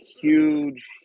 huge